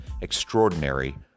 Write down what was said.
extraordinary